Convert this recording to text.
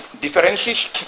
differences